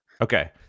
Okay